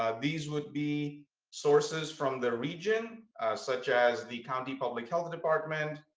ah these would be sources from the region such as the county public health department,